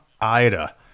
ida